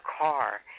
car